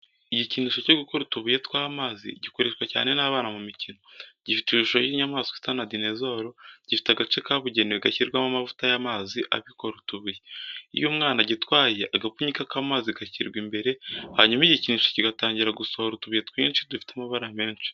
Igikinisho cyo gukora utubuye tw'amazi gikoreshwa cyane n'abana mu mikino. Gifite ishusho y'inyamaswa isa na dinezoro, gifite agace kabugenewe gashyirwamo amavuta y’amazi abikora utubuye. Iyo umwana agitwaye, agapfunyika k’amazi kagashyirwa imbere, hanyuma igikinisho kigatangira gusohora utubuye twinshi dufite amabara menshi.